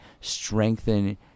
strengthen